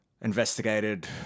investigated